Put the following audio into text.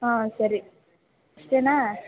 ಹಾಂ ಸರಿ ಇಷ್ಟೇನಾ